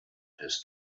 his